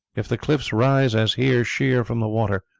if the cliffs rise as here sheer from the water,